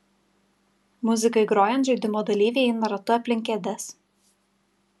muzikai grojant žaidimo dalyviai eina ratu aplink kėdes